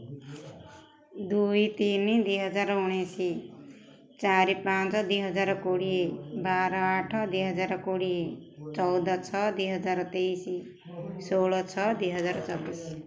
ଦୁଇ ତିନି ଦୁଇହଜାର ଉଣେଇଶି ଚାରି ପାଞ୍ଚ ଦୁଇହଜାର କୋଡ଼ିଏ ବାର ଆଠ ଦୁଇହଜାର କୋଡ଼ିଏ ଚଉଦ ଛଅ ଦୁଇହଜାର ତେଇଶି ଷୋହଳ ଛଅ ଦୁଇହଜାର ଚବିଶି